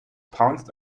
pounced